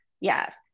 yes